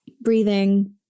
breathing